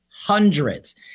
hundreds